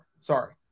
Sorry